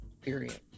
Period